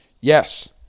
Yes